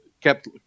kept